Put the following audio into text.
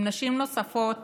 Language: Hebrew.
עם נשים נוספות